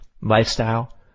lifestyle